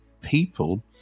people